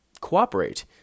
cooperate